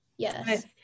Yes